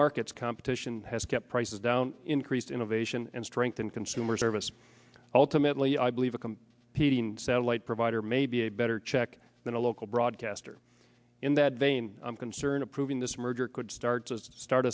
markets competition has kept prices down increase innovation and strengthen consumer service ultimately i believe a satellite provider may be a better check than a local broadcaster in that vein i'm concerned approving this merger could start to start